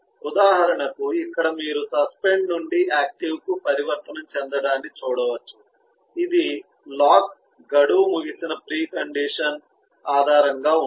ఉదాహరణకు ఇక్కడ మీరు సస్పెండ్ నుండి యాక్టివ్కు పరివర్తనం చెందడాన్ని చూడవచ్చు ఇది లాక్ గడువు ముగిసిన ప్రీ కండిషన్ ఆధారంగా ఉంటుంది